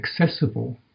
accessible